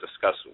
discuss